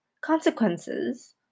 consequences